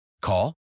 call